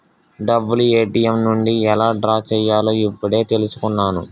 డబ్బులు ఏ.టి.ఎం నుండి ఎలా డ్రా చెయ్యాలో ఇప్పుడే తెలుసుకున్నాను